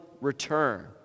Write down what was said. return